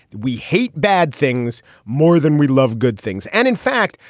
we hate bad things more than we love good things. and in fact,